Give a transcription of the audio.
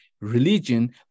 religion